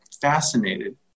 fascinated